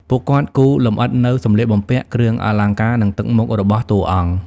ពួកគាត់គូរលម្អិតនូវ សម្លៀកបំពាក់ គ្រឿងអលង្ការ និងទឹកមុខរបស់តួអង្គ។